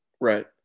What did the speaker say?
Right